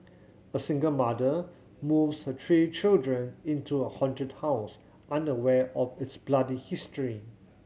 a single mother moves her three children into a haunted house unaware of its bloody history